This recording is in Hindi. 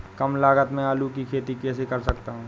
कम लागत में आलू की खेती कैसे कर सकता हूँ?